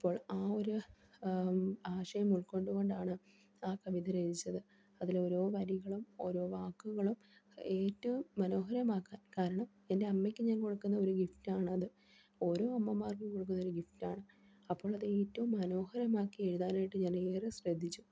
അപ്പോൾ ആ ഒരു ആശയം ഉൾകൊണ്ട കൊണ്ടാണ് ആ കവിത രഹച്ചത് അതില രോ വരികളും ഓരോ വാക്കുകളും ഏറ്റവും മനോഹരമാക്കാൻ കാരണം എൻ്റെ അമ്മയ്ക്ക് ഞാൻ കൊടുക്കുന്ന ഒരു ഗിഫ്റ്റാണ അത് ഓരോ അമ്മമാർക്കും കൊടുക്കുന്ന ഒരു ഗിഫ്റ്റാണ് അപ്പോൾത് ഏറ്റവും മനോഹരമാക്കി എഴുതാനായിട്ട് ഞാൻ ഏറെ ശ്രദ്ധിച്ചു